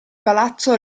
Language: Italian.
palazzo